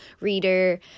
reader